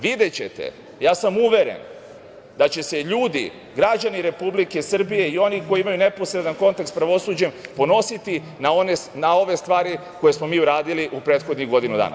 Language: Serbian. Videćete, ja sam uveren da će se ljudi, građani Republike Srbije i oni koji imaju neposredan kontakt sa pravosuđem ponositi na ove stvari koje smo mi uradili u prethodnih godinu dana.